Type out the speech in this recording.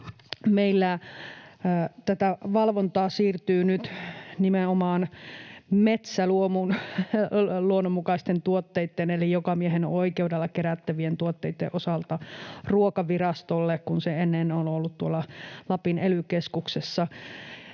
Meillä tätä valvontaa siirtyy nyt nimenomaan metsäluomun, luonnonmukaisten tuotteitten eli jokamiehenoikeudella kerättävien tuotteitten, osalta Ruokavirastolle, kun se ennen on ollut tuolla Lapin ely-keskuksessa.